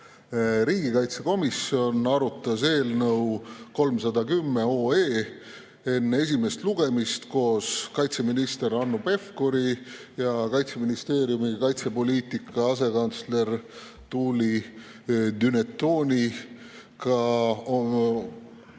Riigikaitsekomisjon käsitles eelnõu enne esimest lugemist koos kaitseminister Hanno Pevkuri, Kaitseministeeriumi kaitsepoliitika asekantsleri Tuuli Dunetoniga